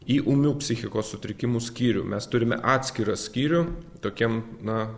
į ūmių psichikos sutrikimų skyrių mes turime atskirą skyrių tokiem na